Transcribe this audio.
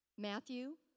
Matthew